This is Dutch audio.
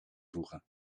voegen